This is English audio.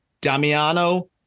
Damiano